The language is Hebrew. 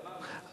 לא,